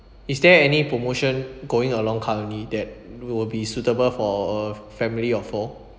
is there any promotion going along currently that will be suitable for a family of four